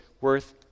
worth